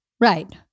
Right